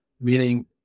meaning